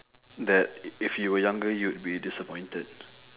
that if you were younger you'd be disappointed